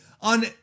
on